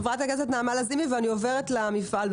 חברת הכנסת נעמה לזימי ואני עוברת למפעל.